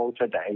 today